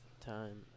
time